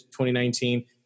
2019